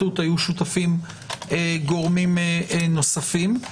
בהתלבטות היו שותפים גורמים נוספים.